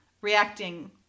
Reacting